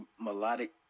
melodic